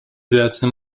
viață